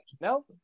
No